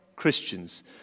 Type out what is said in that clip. Christians